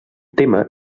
tema